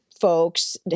folks